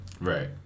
right